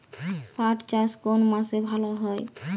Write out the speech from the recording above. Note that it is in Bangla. পাট চাষ কোন মাসে ভালো হয়?